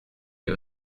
you